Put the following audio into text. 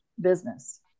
business